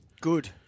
Good